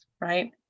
Right